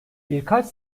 birkaç